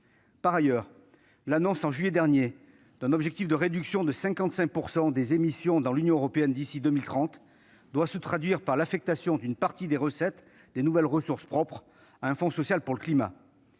Par ailleurs, l'annonce en juillet dernier d'un objectif de réduction de 55 % des émissions de gaz à effet de serre de l'Union européenne d'ici à 2030 doit se traduire par l'affectation d'une partie des nouvelles ressources propres à un fonds social pour le climat.